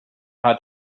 had